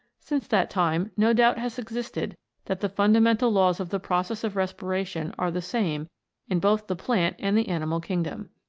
since that time no doubt has existed that the fundamental laws of the process of respiration are the same in both the plant and the animal kingdom.